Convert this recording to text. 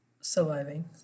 surviving